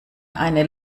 eine